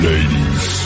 Ladies